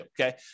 okay